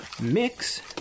mix